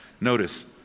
Notice